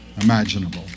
imaginable